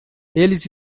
eles